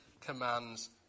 commands